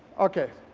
okay.